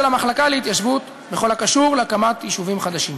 המחלקה להתיישבות בכל הקשור להקמת יישובים חדשים.